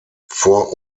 vor